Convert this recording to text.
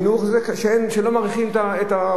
זה שלא מעריכים את המורה.